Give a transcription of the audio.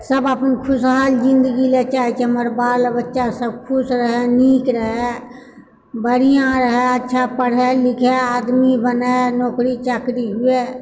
सभ अपन खुशहाल जिन्दगी लऽ चाहै छै हमर बाल बच्चा सभ खुश रहै नीक रहै बढ़िआँ रहै अच्छा पढ़ै लिखै आदमी बनै नौकरी चाकरी हुए